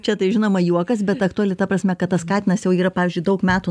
čia tai žinoma juokas bet aktuali ta prasme kad tas katinas jau yra pavyzdžiui daug metų